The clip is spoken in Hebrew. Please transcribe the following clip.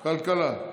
כלכלה.